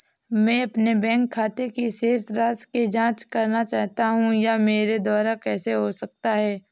मैं अपने बैंक खाते की शेष राशि की जाँच करना चाहता हूँ यह मेरे द्वारा कैसे हो सकता है?